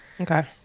Okay